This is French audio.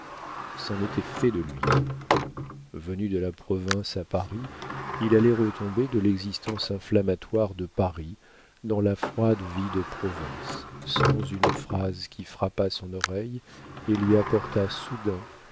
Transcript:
ridicule c'était fait de lui venu de la province à paris il allait retomber de l'existence inflammatoire de paris dans la froide vie de province sans une phrase qui frappa son oreille et lui apporta soudain